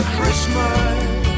Christmas